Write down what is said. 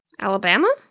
Alabama